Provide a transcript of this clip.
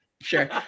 Sure